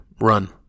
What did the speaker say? Run